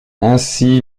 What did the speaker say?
ainsi